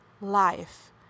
life